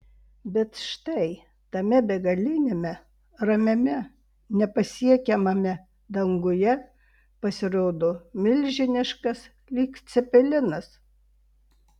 bet štai tame begaliniame ramiame nepasiekiamame danguje pasirodo milžiniškas lyg cepelinas